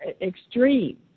extreme